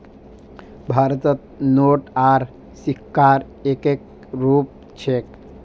भारतत नोट आर सिक्कार एक्के रूप छेक